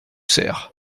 sert